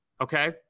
okay